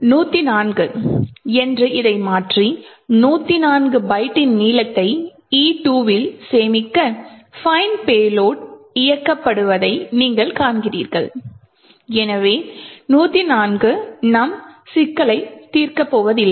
104 என்று இதை மாற்றி 104 பைட்டின் நீளத்தை E2 இல் சேமிக்க find payload இயக்கப்படுவதை நீங்கள் காண்கிறீர்கள் எனவே 104 நம் சிக்கலை தீர்க்கப்போவதில்லை